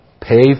pay